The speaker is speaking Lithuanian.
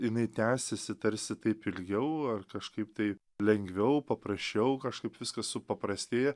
jinai tęsiasi tarsi taip ilgiau ar kažkaip tai lengviau paprasčiau kažkaip viskas supaprastėja